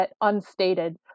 unstated